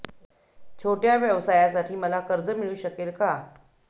छोट्या व्यवसायासाठी मला कर्ज मिळू शकेल का?